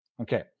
okay